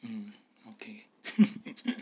mm okay